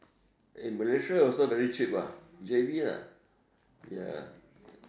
eh Malaysia also very cheap mah J_B lah ya